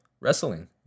wrestling